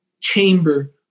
chamber